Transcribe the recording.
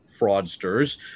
fraudsters